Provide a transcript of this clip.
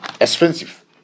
Expensive